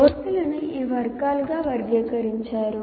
కోర్సులను ఈ వర్గాలుగా వర్గీకరించారు